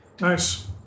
nice